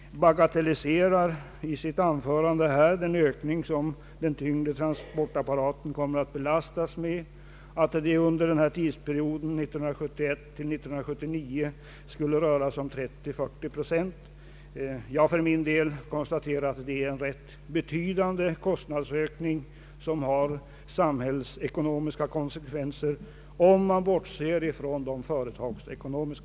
Herr Wärnberg bagatelliserade i sitt anförande den skatteökning som den tyngre transportapparaten kommer att belastas med — att det under tidsperioden 1971—1979 skulle röra sig om 30—40 procent. Jag för min del konstaterar att det är en ganska betydande kostnadsökning som får samhällsekonomiska konsekvenser och inte bara företagsekonomiska.